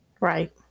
Right